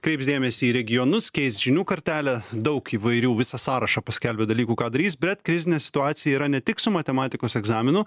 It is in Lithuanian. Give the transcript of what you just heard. kreips dėmesį į regionus keis žinių kartelę daug įvairių visą sąrašą paskelbė dalykų ką darys bet krizinė situacija yra ne tik su matematikos egzaminu